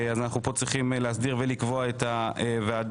לכן אנחנו פה צריכים להסדיר ולקבוע את הוועדה.